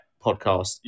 podcast